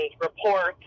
reports